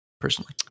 personally